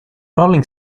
rolling